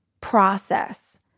process